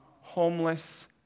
homeless